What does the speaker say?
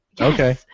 Okay